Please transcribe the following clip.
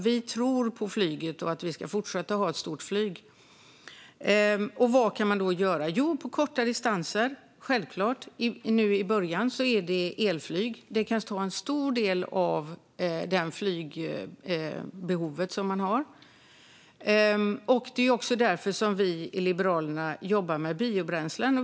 Vi tror på flyget och på att det ska vara fortsatt stort. Vad kan man då göra? Jo, på korta distanser är det nu i början självfallet elflyget som kan täcka en stor del av flygbehovet. Det är därför vi i Liberalerna jobbar med biobränslen.